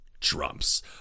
Trump's